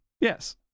Yes